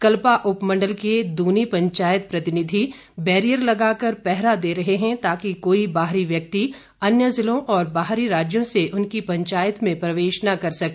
कल्पा उपमंडल के दूनी पंचायत प्रतिनिधि बैरियर लगाकर पहरा दे रहे हैं ताकि कोई बाहरी व्यक्ति अन्य ज़िलों और बाहरी राज्यों से उनकी पंचायत में प्रवेश न कर सके